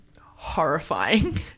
horrifying